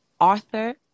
Arthur